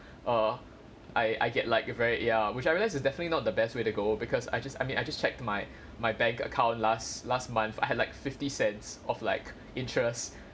err I I get like very ya which I realised is definitely not the best way to go because I just I mean I just checked my my bank account last last month I had like fifty cents of like interest